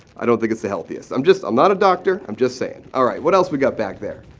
i don't think it's the healthiest. i'm just, i'm not a doctor. i'm just saying. alright, what else we got back there?